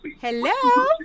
Hello